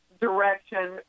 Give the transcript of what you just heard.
direction